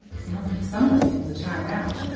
sounds like somebody needs a timeout.